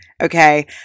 Okay